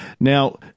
now